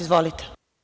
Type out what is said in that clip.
Izvolite.